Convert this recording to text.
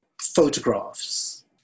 photographs